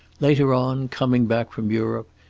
later on, coming back from europe,